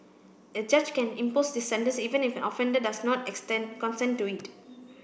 a judge can impose this sentence even if an offender does not consent to it